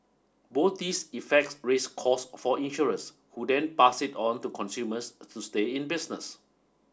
both these effects raise cost for insurance who then pass it on to consumers to stay in business